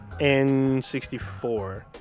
N64